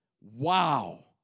Wow